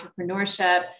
entrepreneurship